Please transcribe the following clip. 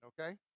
okay